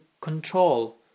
control